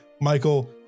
Michael